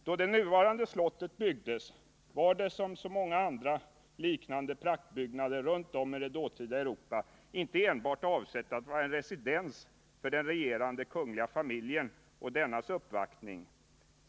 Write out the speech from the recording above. Då det nuvarande slottet byggdes var det som så många andra liknande praktbyggnader runt om i det dåtida Europa inte enbart avsett att vara ett residens för den regerande kungliga familjen och dennas uppvaktning.